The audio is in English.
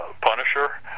Punisher